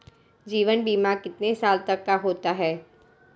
जीवन बीमा कितने साल तक का होता है?